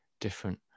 different